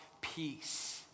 peace